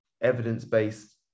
evidence-based